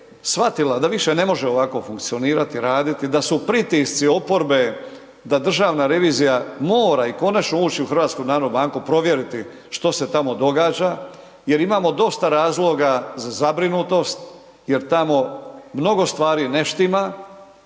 shvatila da više ne može ovako funkcionirati, raditi, da su pritisci oporbe, da Državna revizija mora i konačno ući u HNB, provjeriti što se tamo događa, jer imamo dosta razloga za zabrinutost jer tamo mnogo stvari ne štima